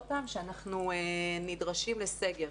שאנחנו נדרשים לסגר.